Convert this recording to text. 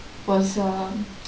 was a